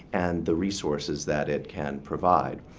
and the resources that it can provide.